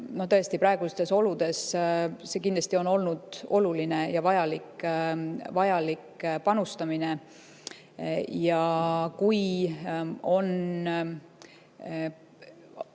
Tõesti, praegustes oludes see kindlasti on olnud oluline ja vajalik panustamine. Kui aasta